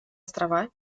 острова